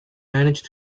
managed